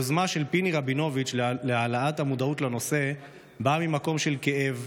היוזמה של פיני רבינוביץ' להעלאת המודעות לנושא באה ממקום של כאב,